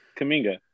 Kaminga